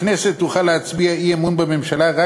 הכנסת תוכל להצביע אי-אמון בממשלה רק